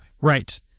right